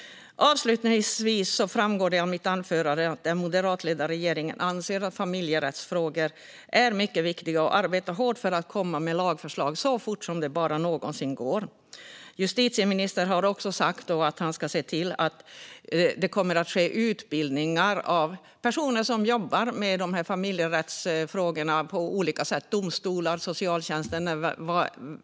Det framgår av mitt anförande att den moderatledda regeringen anser att familjerättsfrågor är mycket viktiga och arbetar hårt för att komma med lagförslag så fort som det någonsin går. Justitieministern har sagt att han ska se till att det sker utbildning av personer som på olika sätt jobbar med familjerättsfrågor, till exempel i domstolar eller inom socialtjänsten.